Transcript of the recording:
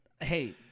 Hey